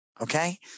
Okay